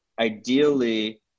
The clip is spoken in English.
ideally